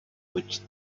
which